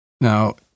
Now